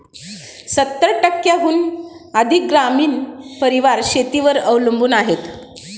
सत्तर टक्क्यांहून अधिक ग्रामीण परिवार शेतीवर अवलंबून आहेत